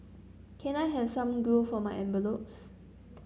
can I have some glue for my envelopes